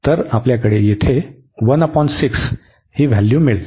तर आपल्याला येथे ही व्हॅल्यू मिळेल